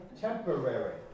temporary